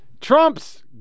Trump's